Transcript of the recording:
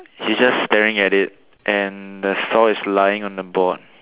he's just staring at it and the saw is lying on the board